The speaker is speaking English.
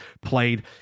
played